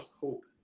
hope